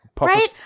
Right